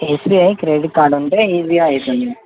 SBI credit card ఉంటే ఈజీగా అవుతుంది